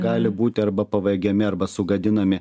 gali būti arba pavagiami arba sugadinami